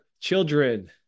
children